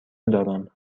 دارم